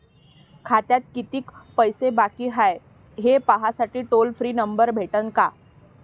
खात्यात कितीकं पैसे बाकी हाय, हे पाहासाठी टोल फ्री नंबर भेटन का?